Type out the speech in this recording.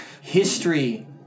History